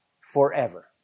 forever